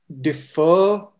defer